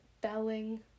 belling